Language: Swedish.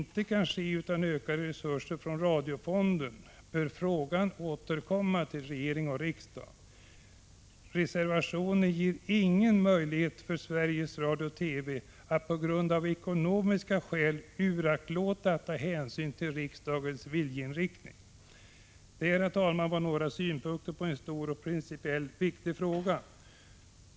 1985 TV att av ekonomiska skäl uraktlåta att ta hänsyn till riksdagens viljeinriktning. Detta, herr talman, var några synpunkter på en stor och principiellt viktig fråga.